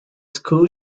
school